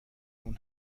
اون